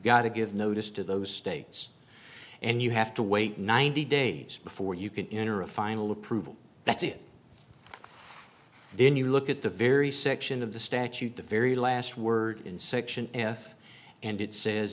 got to give notice to those states and you have to wait ninety days before you can enter a final approval that's it then you look at the very section of the statute the very last word in section if and it says